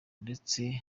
ndetse